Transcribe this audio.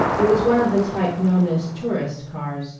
it was one of the type known as tourist cars,